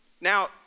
Now